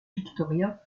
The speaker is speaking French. victoria